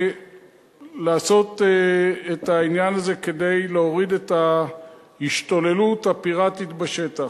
ולעשות את העניין הזה כדי להוריד את ההשתוללות הפיראטית בשטח.